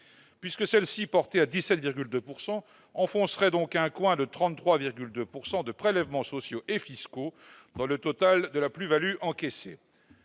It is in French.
Une CSG portée à 17,2 % enfoncerait en effet un coin de 33,2 % de prélèvements sociaux et fiscaux dans le total de la plus-value encaissée